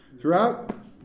Throughout